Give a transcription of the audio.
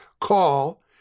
call